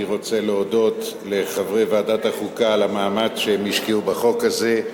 אני רוצה להודות לחברי ועדת החוקה על המאמץ שהם השקיעו בחוק הזה,